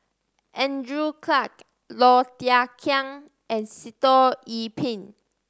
Andrew Clarke Low Thia Khiang and Sitoh Yih Pin